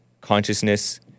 consciousness